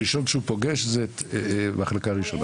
הראשון שהוא פוגש זו המחלקה הראשונה נכון?